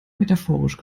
metaphorisch